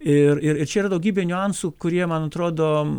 ir ir ir čia yra daugybė niuansų kurie man atrodo